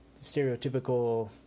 stereotypical